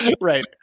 Right